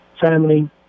family